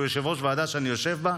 שהוא יושב-ראש ועדה שאני יושב בה,